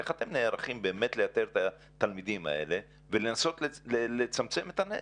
איך אתם נערכים באמת לאתר את התלמידים האלה ולנסות לצמצם את הנזק.